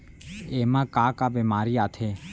एमा का का बेमारी आथे?